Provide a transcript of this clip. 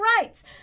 rights